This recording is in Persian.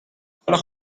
حالا